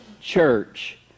church